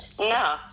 No